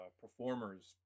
performers